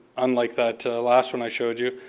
unlike that last one i showed you.